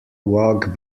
walk